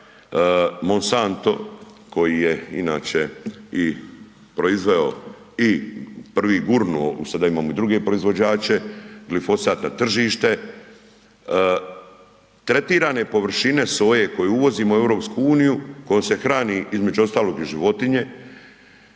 Monsanto koji je inače i proizveo i prvi gurnuo u, sada imamo i druge proizvođače, glifosat na tržište, tretirane površine soje koje uvozimo u EU, kojom se hrani između ostalog i životinje,